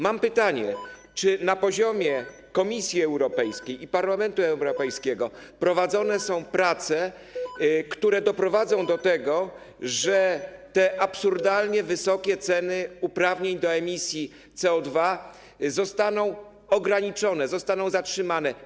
Mam pytanie: Czy na poziomie Komisji Europejskiej i Parlamentu Europejskiego prowadzone są prace, które doprowadzą do tego, że te absurdalnie wysokie ceny uprawnień do emisji CO2 zostaną ograniczone, zostaną zatrzymane?